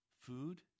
Food